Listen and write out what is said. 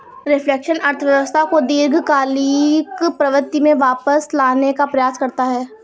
reflection अर्थव्यवस्था को दीर्घकालिक प्रवृत्ति में वापस लाने का प्रयास करता है